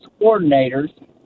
coordinators